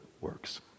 works